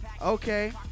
Okay